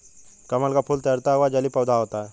कमल का फूल तैरता हुआ जलीय पौधा है